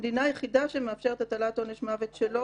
המדינה היחידה שמאפשרת הטלת עונש מוות שלא